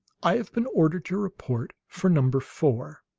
i have been ordered to report for number four.